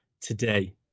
today